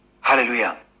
hallelujah